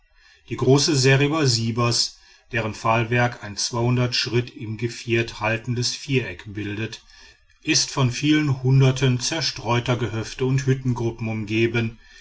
die große seriba sibers deren pfahlwerk ein schritt in geviert haltendes viereck bildet ist von vielen hunderten zerstreuter gehöfte und hüttengruppen umgeben